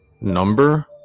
Number